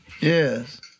Yes